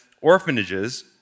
orphanages